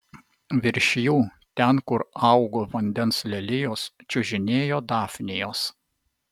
virš jų ten kur augo vandens lelijos čiužinėjo dafnijos